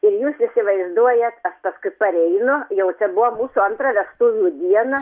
ir jūs įsivaizduojat aš paskui pareinu jau čia buvo mūsų antra vestuvių diena